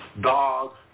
dog